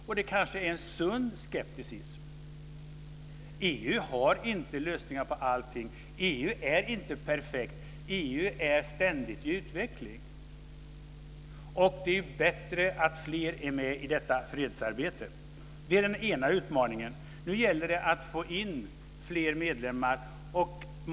Det är kanske en sund skepticism. EU har inte lösningar på allt. EU är inte perfekt. EU är ständigt i utveckling. Det är bättre att fler är med i detta fredsarbete. Detta är den ena utmaningen. Nu gäller det att få in fler medlemmar.